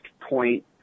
point